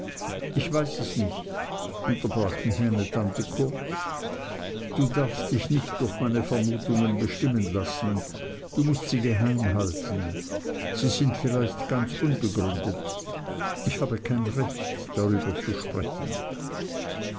ich weiß es nicht unterbrach mich meine tante kurz du darfst dich nicht durch meine vermutungen bestimmen lassen du mußt sie geheim halten sie sind vielleicht ganz unbegründet ich habe kein recht darüber zu sprechen